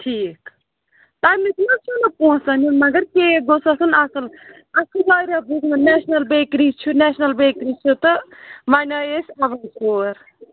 ٹھیٖک تَمیُک نہَ حَظ چھُ نہٕ پونٛسَن ہُنٛد مگر کیک گوٚژھ آسُن اَصٕل اَسہِ چھُ واریاہ بوٗزمُت نیشنَل بیکری چھِ نیشنَل بیکری چھِ تہٕ وۄنۍ آیہِ أسۍ اَوَے یور